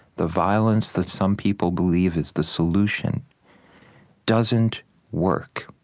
the violence that some people believe is the solution doesn't work.